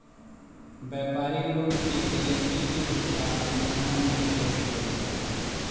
व्यापारी लोग के जी.एस.टी के भुगतान महीना में करे के पड़ेला